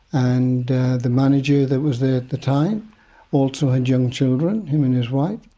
and the manager that was there at the time also had young children, him and his wife.